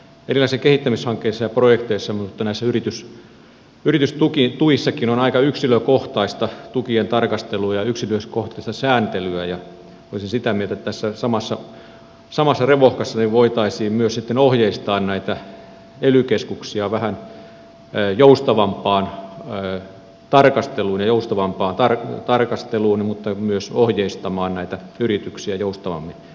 erilaisissa kehittämishankkeissa ja projekteissa samoin kuin näissä yritystuissakin on aika yksilökohtaista tukien tarkastelua ja yksityiskohtaista sääntelyä ja olisin sitä mieltä että tässä samassa revohkassa voitaisiin myös sitten ohjeistaa näitä ely keskuksia vähän joustavampaan tarkasteluun ja myös ohjeistamaan näitä yrityksiä joustavammin näissä asioissa